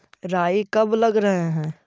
राई कब लग रहे है?